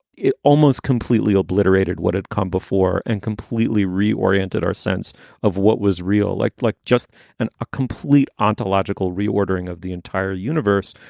it almost completely obliterated what had come before and completely reoriented our sense of what was real like like just an a complete ontological reordering of the entire universe,